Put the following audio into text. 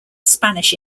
spanish